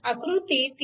आकृती 3